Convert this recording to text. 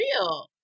real